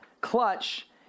clutch